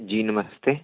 जी नमस्ते